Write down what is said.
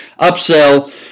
upsell